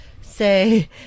say